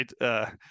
right